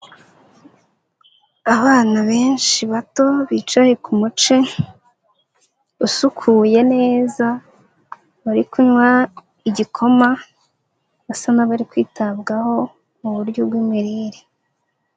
Abana benshi bato bicaye ku muce usukuye neza, bari kunywa igikoma basa n'abari kwitabwaho mu buryo bw'imirire.